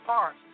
Park